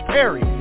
Perry